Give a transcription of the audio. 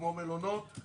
כמו מלונות,